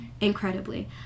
incredibly